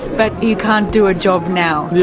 but you can't do a job now. yeah